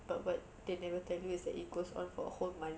but but they never tell me is that it goes on for a whole month